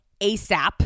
ASAP